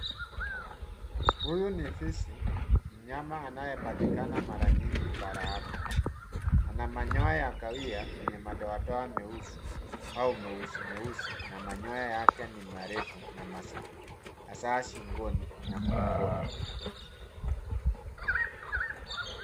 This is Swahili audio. Huyu ni fisi, mnyama anayepatikana mara nyingi bara Afrika. Ana manyoya ya kahawia yenye madoadoa meusi au meusi meusi na manyoya yake ni marefu na masikio hasaa shingoni na mgongoni.